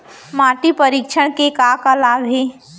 माटी परीक्षण के का का लाभ हे?